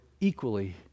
equally